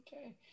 Okay